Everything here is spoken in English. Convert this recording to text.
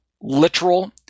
literal